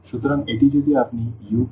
সুতরাং এটি যদি আপনি u কে এই 1 এ গুণ করেন